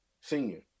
senior